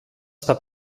στα